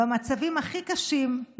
במצבים הכי קשים,